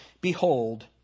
Behold